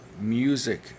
Music